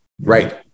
Right